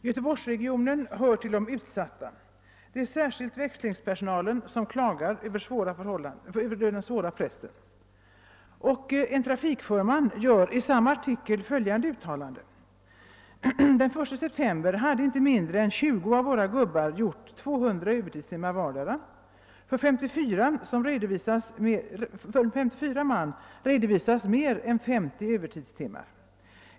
Göteborgsregionen hör till de utsatta. Det är särskilt växlingspersonalen som klagar över den svåra pressen.» En trafikförman gör i samma artikel följande uttalande: »Den 1 september hade inte mindre än 20 av våra gubbar gjort 200 övertidstimmar vardera. För 54 man redovisas mer än 50 övertidstimmar.